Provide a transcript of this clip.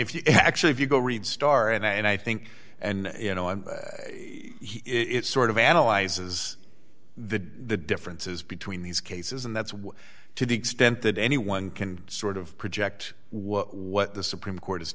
if you actually if you go read star and i think and you know i'm it's sort of analyzes the differences between these cases and that's why to the extent that anyone can sort of project what what the supreme court is